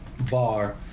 bar